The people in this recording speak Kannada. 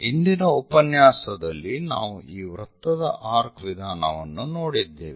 ಇಂದಿನ ಉಪನ್ಯಾಸದಲ್ಲಿ ನಾವು ಈ ವೃತ್ತದ ಆರ್ಕ್ ವಿಧಾನವನ್ನು ನೋಡಿದ್ದೇವೆ